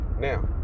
Now